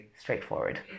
straightforward